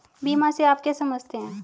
बीमा से आप क्या समझते हैं?